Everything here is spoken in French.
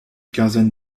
quinzaine